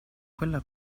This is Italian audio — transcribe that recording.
quella